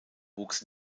wuchs